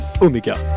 Omega